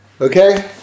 Okay